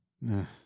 No